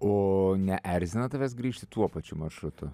o neerzina tavęs grįžti tuo pačiu maršrutu